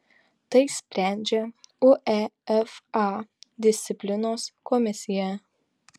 tai sprendžia uefa disciplinos komisija